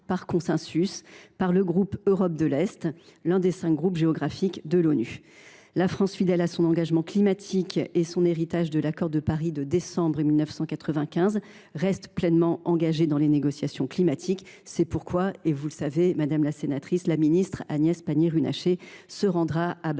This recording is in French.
par le groupe Europe de l’Est, l’un des cinq groupes géographiques de l’ONU. La France, fidèle à son engagement climatique et à l’héritage de l’accord de Paris de décembre 2015, reste pleinement engagée dans les négociations climatiques. C’est pourquoi la ministre Agnès Pannier Runacher se rendra à Bakou